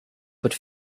would